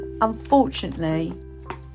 unfortunately